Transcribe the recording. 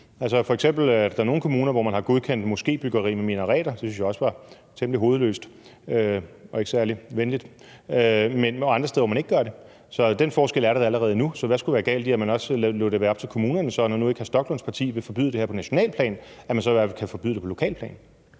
F.eks. er der nogle kommuner, hvor man har godkendt moskébyggeri med minareter – det synes jeg også var temmelig hovedløst og ikke særlig venligt – og andre steder, hvor man ikke har gjort det. Så den forskel er der allerede nu, så hvad skulle der være galt i, at man, når nu hr. Rasmus Stoklunds parti ikke vil forbyde det her på nationalt plan, i hvert fald lod det være op